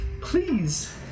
Please